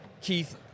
Keith